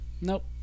Nope